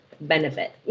benefit